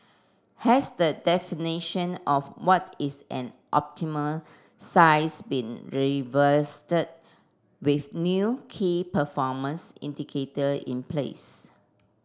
has the definition of what is an optimal size been revisited with new key performance indicator in place